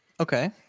okay